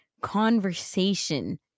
conversation